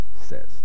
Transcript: says